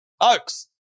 Oaks